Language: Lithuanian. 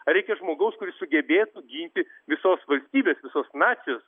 reikia žmogaus kuris sugebėtų ginti visos valstybės visos nacijos